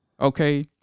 Okay